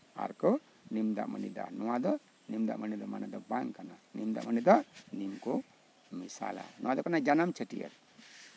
ᱟᱨ ᱠᱚ ᱱᱤᱢ ᱫᱟᱜ ᱢᱟᱹᱰᱤᱭ ᱫᱟ ᱱᱚᱣᱟ ᱫᱚ ᱱᱤᱢ ᱫᱟᱜ ᱢᱟᱹᱰᱤ ᱫᱚ ᱵᱟᱝ ᱠᱟᱱᱟ ᱱᱤᱢ ᱫᱟᱜ ᱢᱟᱹᱰᱤ ᱫᱚ ᱱᱤᱢ ᱠᱚ ᱢᱮᱥᱟᱞᱟ ᱱᱚᱣᱟ ᱫᱚ ᱠᱟᱱᱟ ᱡᱟᱱᱟᱢ ᱪᱷᱟᱹᱴᱭᱟᱹᱨ